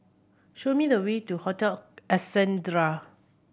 show me the way to Hotel Ascendere